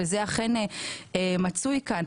וזה אכן מצוי כאן.